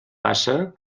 passa